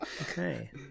Okay